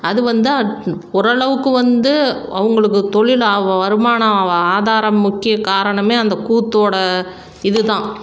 அது வந்து ஓரளவுக்கு வந்து அவங்குளுக்கு தொழில் ஆகும் வருமானம் ஆதாரம் முக்கிய காரணமே அந்த கூத்தோட இதுதான்